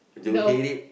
though